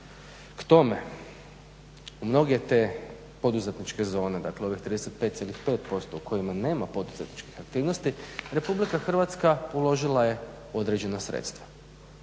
K tome mnoge te poduzetničke zone dakle ovih 35,5% u kojima nema poduzetničkih aktivnosti RH uložila je određena sredstva.